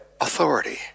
authority